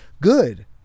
Good